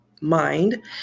mind